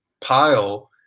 pile